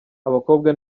abakobwa